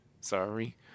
Sorry